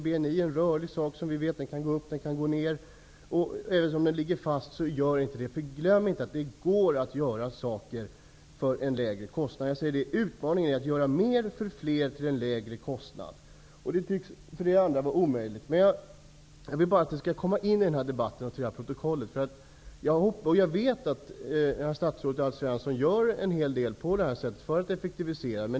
BNI är rörlig, och den kan gå upp och ned. Men glöm inte att det går att göra saker för en lägre kostnad. Utmaningen är att göra mer för fler till en lägre kostnad! Det tycks vara omöjligt för er andra. Jag vill att detta skall komma med i debatten och föras till protokollet. Jag vet att statsrådet Alf Svensson gör en hel del för att åstadkomma en effektivisering.